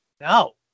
No